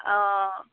অঁ